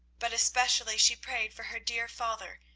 but especially she prayed for her dear father,